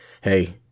hey